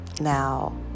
Now